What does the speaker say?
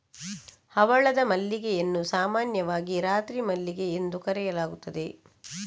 ಹವಳದ ಮಲ್ಲಿಗೆಯನ್ನು ಸಾಮಾನ್ಯವಾಗಿ ರಾತ್ರಿ ಮಲ್ಲಿಗೆ ಎಂದು ಕರೆಯಲಾಗುತ್ತದೆ